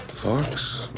Fox